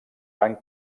van